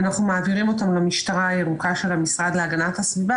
אנחנו מעבירים אותן למשטרה הירוקה של המשרד להגנת הסביבה